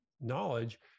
knowledge